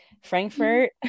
Frankfurt